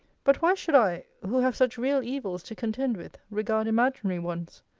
but why should i, who have such real evils to contend with, regard imaginary ones?